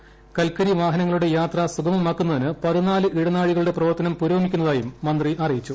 കിട്ട്ക്കരി വാഹനങ്ങളുടെ യാത്ര സുഗമമാക്കുന്നതിന് ഇടനാഴികളുടെ പ്രവർത്തനം പുരോഗമിക്കുന്നതായും മന്ത്രി അറിയിച്ചു